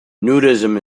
nudism